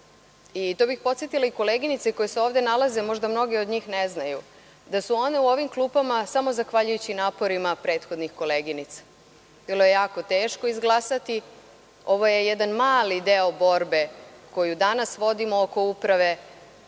to bih podsetila i koleginice koje se ovde nalaze možda mnoge od njih ne znaju, da su one u ovim klupama samo zahvaljujući naporima prethodnih koleginica. Bilo je jako teško izglasati, ovo je jedan mali deo borbe koju danas vodimo oko uprave,